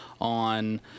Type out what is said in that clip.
on